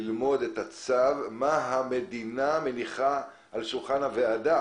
ללמוד מה המדינה מניחה על שולחן הוועדה,